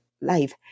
life